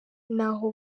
n’aho